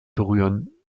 berühren